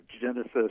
genesis